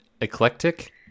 Eclectic